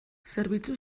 zerbitzu